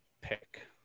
pick